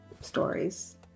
stories